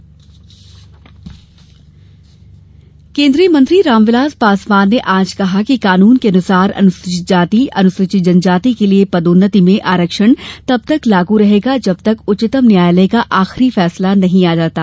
अराक्षण केंद्रीय मंत्री रामविलास पासवान ने आज कहा कि कानून के अनुसार अनुसूचित जाति अनुसूचित जनजाति के लिए पदोन्नाति में आरक्षण तब तक लागू रहेगा जब तक उच्चतम न्यायालय का अंतिम फैसला नहीं आ जाता